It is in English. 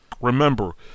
Remember